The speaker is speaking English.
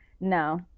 No